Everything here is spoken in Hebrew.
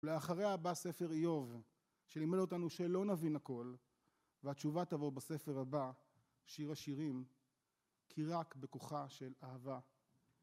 ולאחריה בא ספר איוב, שלימד אותנו שלא נבין הכל, והתשובה תבוא בספר הבא, שיר השירים, כי רק בכוחה של אהבה...